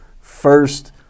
first